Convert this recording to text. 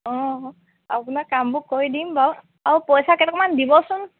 অঁ আপোনাৰ কামবোৰ কৰি দিম বাৰু আৰু পইচা কেইটকামান দিবচোন